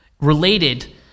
Related